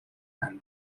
and